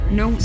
no